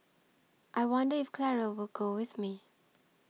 I wonder if Clara will go with me